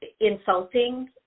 insulting